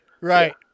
Right